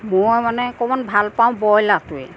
মই মানে অকণমান ভাল পাওঁ ব্ৰইলাৰটোৱে